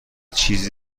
چیزی